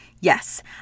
Yes